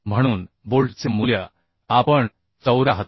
म्हणून बोल्टचे मूल्य आपण 74